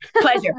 pleasure